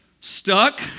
stuck